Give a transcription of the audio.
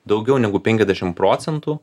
daugiau negu penkiadešim procentų